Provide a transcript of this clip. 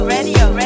Radio